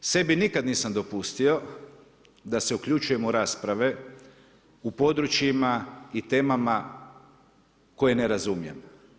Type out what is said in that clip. Sebi nikad nisam dopustio da se uključujem u rasprave u područjima i temama koje ne razumijem.